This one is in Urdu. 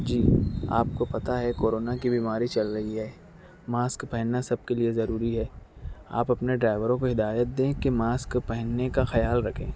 جی آپ کو پتا ہے کورونا کی بیماری چل رہی ہے ماسک پہننا سب کے لیے ضروری ہے آپ اپنے ڈرائیوروں کو ہدایت دیں کہ ماسک پہننے کا خیال رکھیں